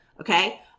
Okay